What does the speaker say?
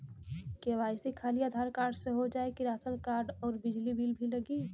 KYC खाली Aadhaar card से हो जाए कि राशन कार्ड अउर बिजली बिल भी लगी?